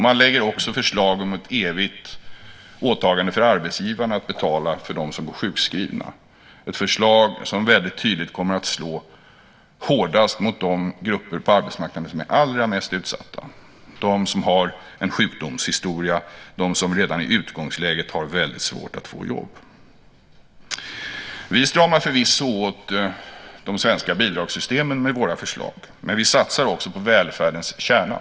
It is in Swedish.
Man lägger också fram förslag om ett evigt åtagande för arbetsgivarna att betala för dem som går sjukskrivna. Det är ett förslag som väldigt tydligt kommer att slå hårdast mot de grupper på arbetsmarknaden som är allra mest utsatta. Det är de som har en sjukdomshistoria och de som i utgångsläget redan har väldigt svårt att få jobb. Vi stramar förvisso åt de svenska bidragssystemen med våra förslag. Men vi satsar också på välfärdens kärna.